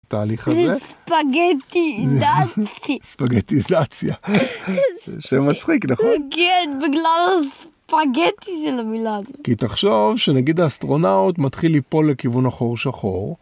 תהליך הזה? זה ספגטיזסתי. ספגטיזציה. זה שם מצחיק, נכון? כן, בגלל הספגטי של המילה הזאת. כי תחשוב שנגיד האסטרונאוט מתחיל ליפול לכיוון החור שחור,